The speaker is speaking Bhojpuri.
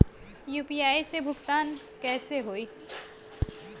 यू.पी.आई से भुगतान कइसे होहीं?